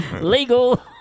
Legal